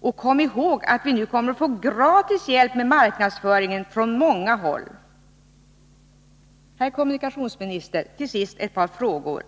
Och kom ihåg att vi nu kommer att få gratis hjälp med | marknadsföringen från många håll. Herr kommunikationsminister! Till sist vill jag ställa ett par frågor.